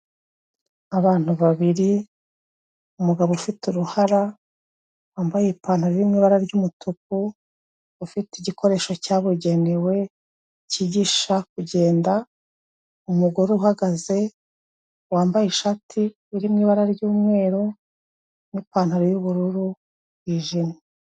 Abantu babiri umugabo ufite uruhara wambaye ipantaro iri mu ibara ry'umutuku ufite igikoresho cyabugenewe cyigisha kugenda umugore uhagaze wambaye ishati iri mu ibara ry'umweru n'ipantaro y'ubururu bwijimye.